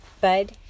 bud